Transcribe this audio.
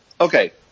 Okay